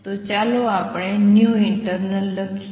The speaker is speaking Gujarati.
તો ચાલો આપણે internal લઈએ